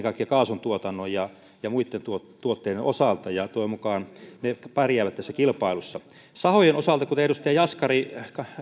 kaikkea kaasuntuotannon ja ja muitten tuotteiden osalta ja toivon mukaan ne pärjäävät tässä kilpailussa sahojen osalta kuten edustaja jaskari